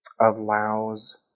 allows